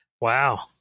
Wow